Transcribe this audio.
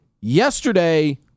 yesterday